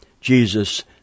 Jesus